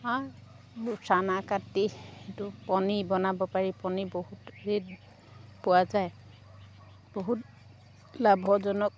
আ চানা কাটি সেইটো পনীৰ বনাব পাৰি পনীৰ বহুত ৰেট পোৱা যায় বহুত লাভজনক